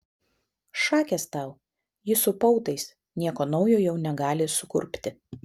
šakės tau ji su pautais nieko naujo jau negali sukurpti